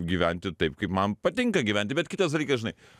gyventi taip kaip man patinka gyventi bet kitas dalykas žinai